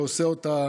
ועושה אותה